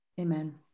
Amen